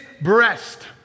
breast